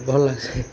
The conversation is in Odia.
ଭଲ୍ ଲାଗ୍ସି